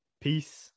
Peace